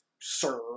sir